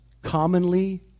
commonly